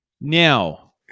now